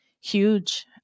huge